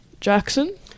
Jackson